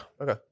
Okay